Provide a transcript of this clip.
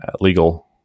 legal